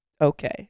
okay